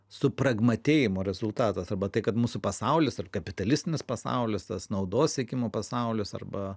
supragmatėjimo rezultatas arba tai kad mūsų pasaulis ir kapitalistinis pasaulis tas naudos siekimo pasaulis arba